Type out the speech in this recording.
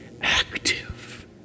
active